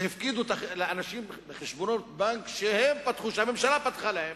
שהפקידו לאנשים בחשבונות בנק שהממשלה פתחה להם.